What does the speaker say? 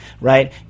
right